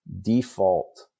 default